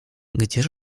gdzież